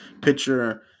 picture